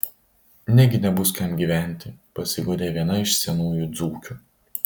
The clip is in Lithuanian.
negi nebus kam gyventi pasiguodė viena iš senųjų dzūkių